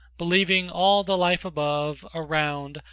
believing all the life above, around,